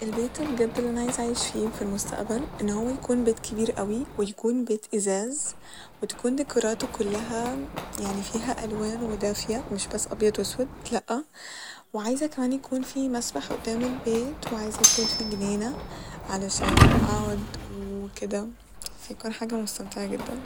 البيت ال بجد الل انا عايزه اعيش فيه ف المستقبل إن هو يكون بيت كبير أوي ويكون بيت إزاز وتكون ديكوراته كلها يعني فيها ألوان ودافية مش بس أبيض وأسود لا ، وعايزه كمان يكون في مسبح قدام البيت وعايزه يكون في جنينة علشان أقعد و كده فيكون حاجة مستمتعة جدا